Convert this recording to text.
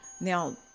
Now